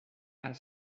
are